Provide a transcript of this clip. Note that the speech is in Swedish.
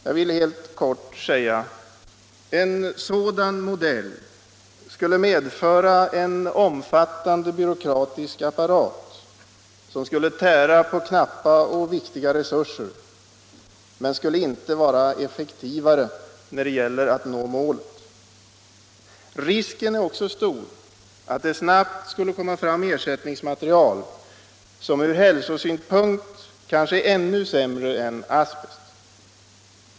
Jag vill helt kort säga att en sådan modell skulle medföra en omfattande byråkratisk apparat, som skulle tära på knappa och viktiga resurser, men den skulle inte vara effektivare när det gäller att nå målet. Risken är också stor att det snabbt skulle komma fram ersättningsmaterial som ur hälsosynpunkt kanske är ännu sämre än asbest.